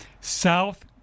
South